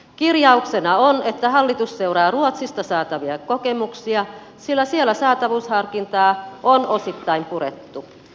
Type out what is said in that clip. kirjauksena on että hallitus seuraa ruotsista saatavia kokemuksia sillä siellä saatavuusharkintaa on osittain purettu